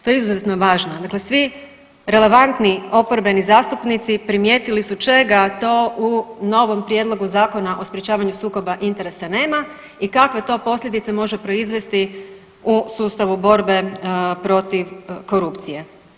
To je izuzetno važno, dakle svi relevantni oporbeni zastupnici primijetili su čega to u novom Prijedlogu zakona o sprečavanju sukoba interesa nema i kakve to posljedice može proizvesti u sustavu borbe protiv korupcije.